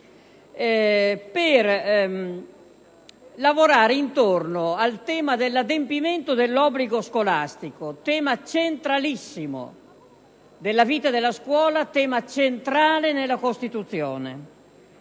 per lavorare intorno al tema dell'adempimento dell'obbligo scolastico; un tema centralissimo della vita della scuola, tema centrale nella Costituzione.